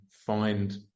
find